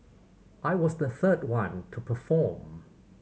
I was the third one to perform